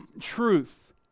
truth